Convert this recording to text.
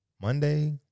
Monday